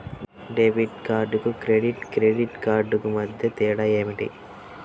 Debit కార్డుకు credit credit కార్డుకు మధ్య తేడా ఏమిటీ?